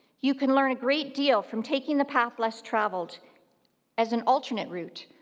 you can learn a great deal from taking the path less traveled as an alternate route,